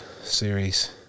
series